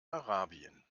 arabien